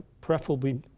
preferably